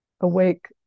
awake